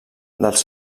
dels